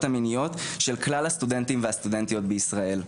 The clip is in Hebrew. המיניות של כלל הסטודנטים והסטודנטיות בישראל.